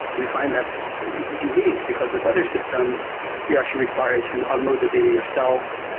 we find that's unique, because with other systems you're actually required to unload the data yourself,